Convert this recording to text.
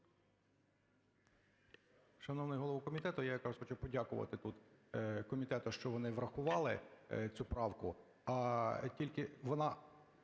Дякую.